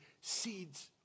Seeds